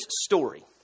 story